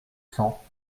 cents